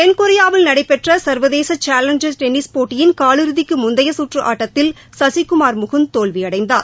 தென்கொரியாவில் நடைபெற்ற சர்வதேச சேலஞ்சர் டென்னிஸ போட்டியின் காலிறுதிக்கு முந்தைய சுற்று ஆட்டத்தில் சசிகுமார் முகுந்த் தோல்வியடைந்தார்